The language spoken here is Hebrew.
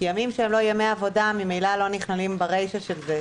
כי ימים שהם לא ימי עבודה ממילא לא נכללים ברישה של זה.